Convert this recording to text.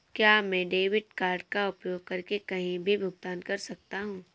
क्या मैं debit card का उपयोग करके कहीं भी भुगतान कर सकता हूं?